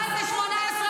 רק את ומרב מיכאלי.